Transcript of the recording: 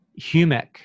humic